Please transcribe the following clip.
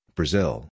Brazil